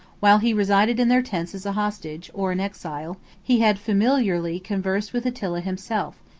while he resided in their tents as a hostage, or an exile, he had familiarly conversed with attila himself,